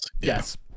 Yes